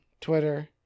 Twitter